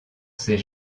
ses